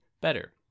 better